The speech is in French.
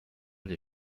les